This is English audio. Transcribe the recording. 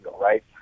right